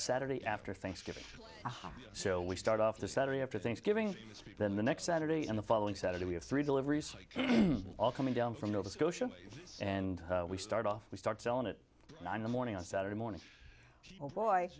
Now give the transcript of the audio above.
saturday after thanksgiving so we start off the saturday after thanksgiving it's been the next saturday and the following saturday we have three deliveries all coming down from nova scotia and we start off we start selling it and i'm the morning on saturday morning oh boy